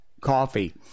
Coffee